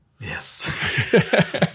Yes